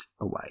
away